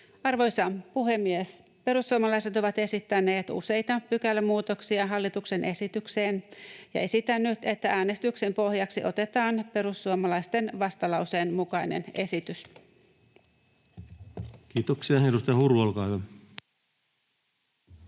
Arvoisa puhemies! Perussuomalaiset ovat esittäneet useita pykälämuutoksia hallituksen esitykseen, ja esitän nyt, että äänestyksen pohjaksi otetaan perussuomalaisten vastalauseen mukainen esitys. [Speech 585] Speaker: